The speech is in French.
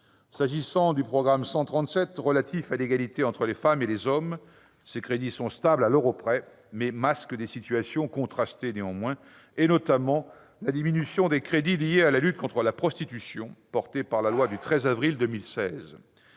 S'agissant du programme 137 relatif à l'égalité entre les femmes et les hommes, ses crédits sont stables à l'euro près, mais masquent des situations contrastées, notamment la diminution des crédits liés à la lutte contre la prostitution, portée par la loi du 13 avril 2016.